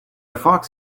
fox